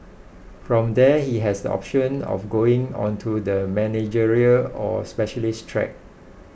from there he has the option of going on to the managerial or specialist track